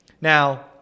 Now